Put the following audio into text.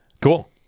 Cool